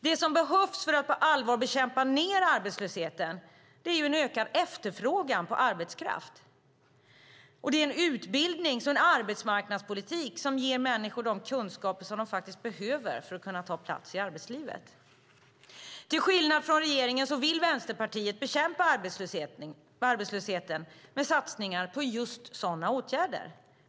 Det som behövs för att på allvar bekämpa arbetslösheten är en ökad efterfrågan på arbetskraft. Och det är en utbildningspolitik och en arbetsmarknadspolitik som ger människor de kunskaper som de faktiskt behöver för att kunna ta plats i arbetslivet. Till skillnad från regeringen vill Vänsterpartiet bekämpa arbetslösheten med satsningar på just sådana åtgärder.